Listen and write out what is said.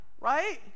right